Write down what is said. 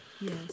Yes